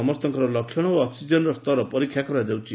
ସମସ୍ତଙ୍କର ଲକ୍ଷଣ ଓ ଅକ୍ନିଜେନ୍ ସ୍ତର ପରୀକ୍ଷା କରାଯାଉଛି